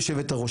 יושבת הראש,